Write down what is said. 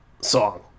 song